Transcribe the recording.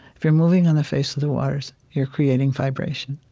if you're moving on the face of the waters, you're creating vibration.